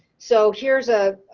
so here's a